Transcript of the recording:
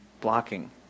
blocking